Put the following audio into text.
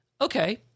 Okay